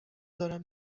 دارم